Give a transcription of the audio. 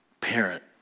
parent